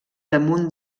damunt